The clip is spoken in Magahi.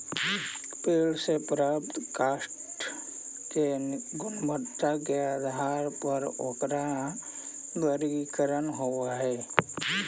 पेड़ से प्राप्त काष्ठ के गुणवत्ता के आधार पर ओकरा वर्गीकरण होवऽ हई